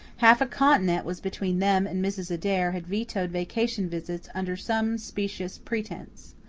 half a continent was between them and mrs. adair had vetoed vacation visits, under some specious pretense.